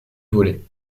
volet